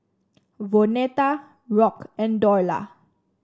Vonetta Rock and Dorla